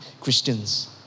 Christians